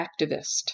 activist